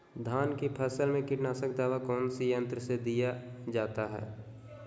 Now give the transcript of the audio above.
धान की फसल में कीटनाशक दवा कौन सी यंत्र से दिया जाता है?